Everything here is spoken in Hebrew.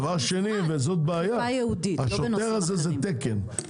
דבר שני וזאת בעיה, השוטר הזה זה תקן.